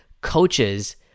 coaches